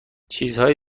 چیزهای